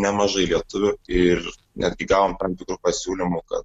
nemažai lietuvių ir netgi gavom tam tikrų pasiūlymų kad